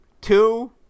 Two